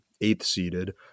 eighth-seeded